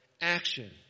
action